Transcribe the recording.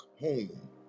home